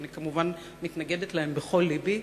ואני כמובן מתנגדת לזה בכל לבי.